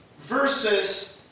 versus